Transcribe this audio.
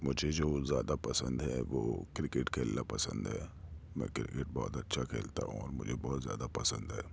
مجھے جو زیادہ پسند ہے وہ کرکٹ کھیلنا پسند ہے میں کرکٹ بہت اچھا کھیلتا ہوں اور مجھے بہت زیادہ پسند ہے